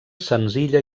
senzilla